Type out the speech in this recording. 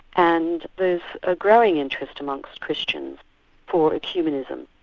and there's a growing interest amongst christians for ecumenism.